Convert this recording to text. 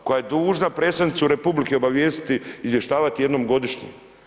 Koja je dužna predsjednicu republike obavijestiti, izvještavati jednom godišnje.